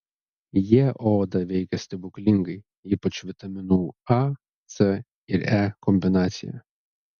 jie odą veikia stebuklingai ypač vitaminų a c ir e kombinacija